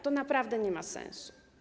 To naprawdę nie ma sensu.